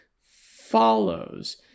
follows